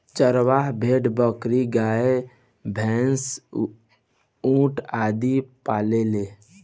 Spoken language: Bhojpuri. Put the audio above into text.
चरवाह भेड़, बकरी, गाय, भैन्स, ऊंट आदि पालेले